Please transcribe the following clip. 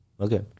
Okay